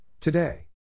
today